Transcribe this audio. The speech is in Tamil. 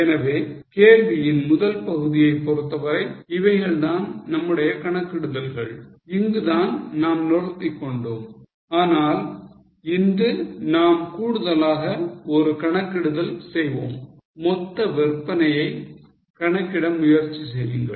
எனவே கேள்வியின் முதல் பகுதியை பொறுத்தவரை இவைகள் தான் நம்முடைய கணக்கிடுதல்கள் இங்குதான் நாம் நிறுத்திக் கொண்டோம் ஆனால் இன்று நாம் கூடுதலாக ஒரு கணக்கிடுதல் செய்வோம் மொத்த விற்பனையை கணக்கிட முயற்சி செய்யுங்கள்